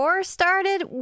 started